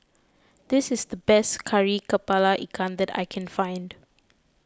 this is the best Kari Kepala Ikan that I can find